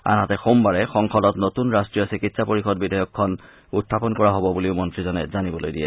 আনহাতে সোমবাৰে সংসদত নতুন ৰাষ্ট্ৰীয় চিকিৎসা পৰিষদ বিধেয়কখন উখাপন কৰা হব বুলিও মন্ত্ৰীজনে জানিবলৈ দিয়ে